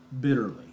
bitterly